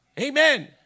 Amen